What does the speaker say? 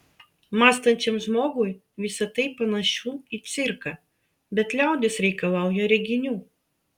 mąstančiam žmogui visa tai panašu į cirką bet liaudis reikalauja reginių